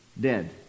dead